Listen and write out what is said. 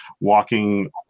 walking